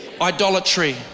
idolatry